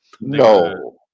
No